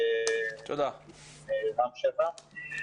רם שפע.